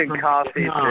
Coffee